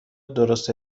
درست